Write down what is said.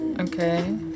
Okay